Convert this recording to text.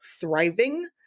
thriving